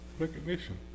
recognition